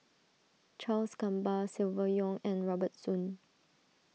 Charles Gamba Silvia Yong and Robert Soon